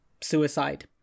suicide